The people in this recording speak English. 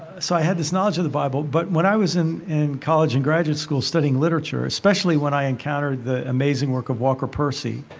so i had this knowledge of the bible, but when i was in in college and graduate school studying literature, especially when i encountered the amazing work of walker percy,